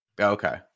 Okay